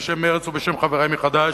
בשם מרצ ובשם חברי מחד"ש,